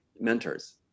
mentors